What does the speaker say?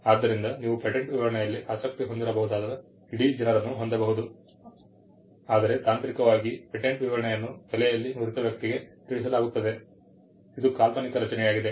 ಆದ್ದರಿಂದ ನೀವು ಪೇಟೆಂಟ್ ವಿವರಣೆಯಲ್ಲಿ ಆಸಕ್ತಿ ಹೊಂದಿರಬಹುದಾದ ಇಡೀ ಜನರನ್ನು ಹೊಂದಬಹುದು ಆದರೆ ತಾಂತ್ರಿಕವಾಗಿ ಪೇಟೆಂಟ್ ವಿವರಣೆಯನ್ನು ಕಲೆಯಲ್ಲಿ ನುರಿತ ವ್ಯಕ್ತಿಗೆ ತಿಳಿಸಲಾಗುತ್ತದೆ ಇದು ಕಾಲ್ಪನಿಕ ರಚನೆಯಾಗಿದೆ